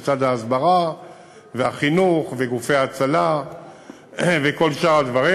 לצד ההסברה והחינוך וגופי ההצלה וכל שאר הדברים,